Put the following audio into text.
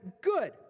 good